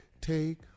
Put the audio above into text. take